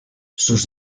sus